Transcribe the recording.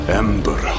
ember